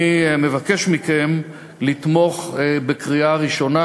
אני מבקש מכם לתמוך בהצעת החוק בקריאה ראשונה,